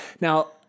Now